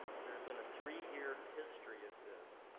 there's been a three-year history of this,